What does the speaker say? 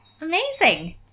Amazing